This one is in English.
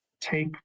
take